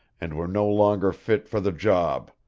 and we're no longer fit for the job.